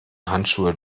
handschuhe